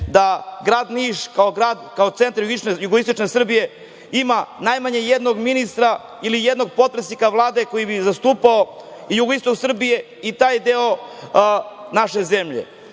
da grad Niš, kao centar jugoistočne Srbije ima najmanje jednog ministra ili jednog potpredsednika Vlade koji bi zastupao i jugoistok Srbije i taj deo naše zemlje. Grad